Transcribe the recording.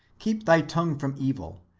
keep thy tongue from evil,